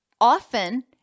often